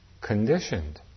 conditioned